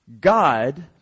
God